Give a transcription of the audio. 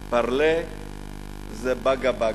parler זה "באגה באגה",